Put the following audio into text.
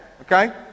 Okay